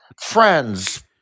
friends